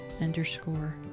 underscore